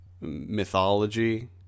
mythology